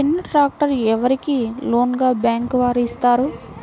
చిన్న ట్రాక్టర్ ఎవరికి లోన్గా బ్యాంక్ వారు ఇస్తారు?